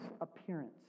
appearance